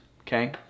okay